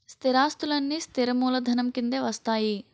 స్థిరాస్తులన్నీ స్థిర మూలధనం కిందే వస్తాయి